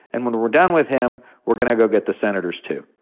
and when we're we're done with him, we're gonna go get the senators, too.